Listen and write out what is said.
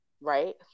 right